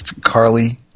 Carly